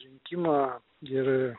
rinkimą ir